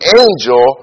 angel